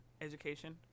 education